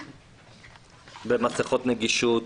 במסכות נגישות.